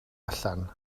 allan